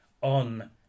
on